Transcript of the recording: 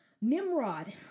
Nimrod